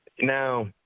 Now